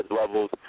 levels